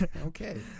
okay